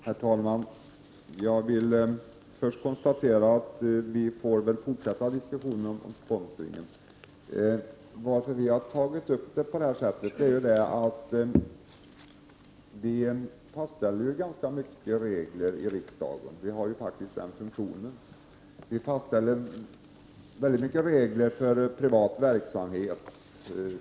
Herr talman! Jag vill först konstatera att vi väl får fortsätta diskussionen om sponsringen. Anledningen till att vi har tagit upp det på det här sättet är att vi i riksdagen fastställer ganska mycket regler, vi har ju faktiskt den funktionen. Vi fastställer mycket regler för t.ex. privat verksamhet.